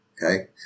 Okay